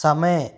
समय